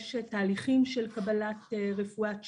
יש תהליכים של קבלת רפואת שיניים.